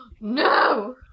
no